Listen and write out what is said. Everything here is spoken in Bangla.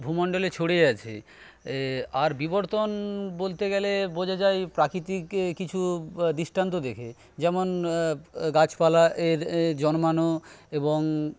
ভুমন্ডলে ছড়িয়ে আছে আর বিবর্তন বলতে গেলে বোঝা যায় প্রাকৃতিকে কিছু দৃষ্টান্ত দেখে যেমন গাছপালা এর জন্মানো এবং